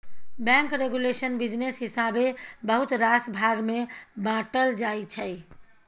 bank regulation business हिसाबेँ बहुत रास भाग मे बाँटल जाइ छै